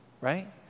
Right